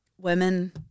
Women